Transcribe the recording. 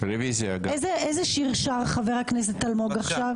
איזה שיר שר חבר הכנסת אלמוג עכשיו?